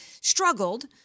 struggled